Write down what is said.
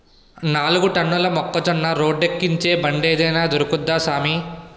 నాలుగు టన్నుల మొక్కజొన్న రోడ్డేక్కించే బండేదైన దొరుకుద్దా సామీ